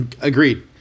Agreed